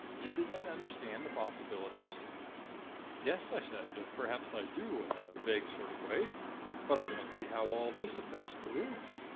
do you begin to understand the possibilities yes, i said. perhaps i do in a vague sort of way but i don't see how all this affects the room